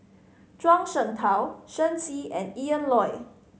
Zhuang Shengtao Shen Xi and Ian Loy